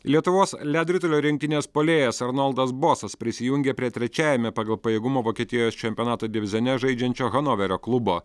lietuvos ledo ritulio rinktinės puolėjas arnoldas bosas prisijungė prie trečiajame pagal pajėgumą vokietijos čempionato divizione žaidžiančio hanoverio klubo